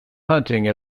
hunting